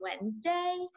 Wednesday